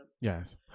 Yes